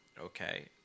Okay